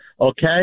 okay